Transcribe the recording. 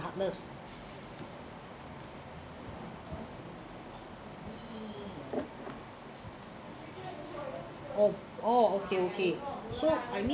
helpless oh oh okay so I mean